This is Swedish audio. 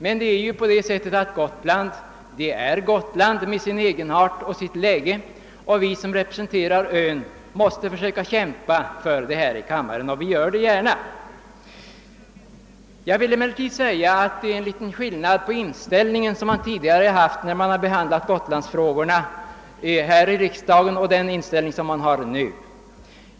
Men Gotland är Gotland, med sin egenart och sitt läge, och vi som representerar ön måste försöka kämpa för Gotland här i kammaren. Vi gör det också gärna. Och det är faktiskt en skillnad på inställningen till Gotland här i riksdagen nu och tidigare.